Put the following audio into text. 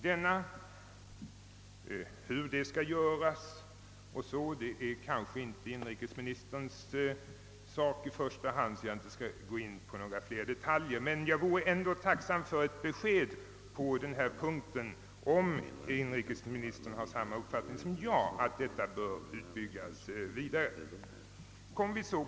Det är kanske inte i första hand inrikesministerns sak att svara härpå, och jag skall därför inte nu ingå på några detaljer, men jag vore tacksam för ett besked huruvida inrikesministern är av samma mening som jag att den planeringen bör intensifieras.